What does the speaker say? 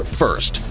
first